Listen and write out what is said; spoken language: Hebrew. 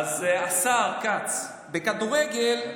אז השר כץ, בכדורגל,